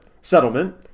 settlement